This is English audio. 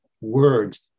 words